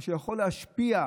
מה שיכול להשפיע,